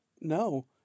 No